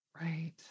Right